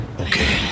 Okay